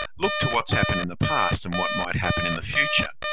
look to what's happened in the past and what might happen in the future.